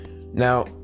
Now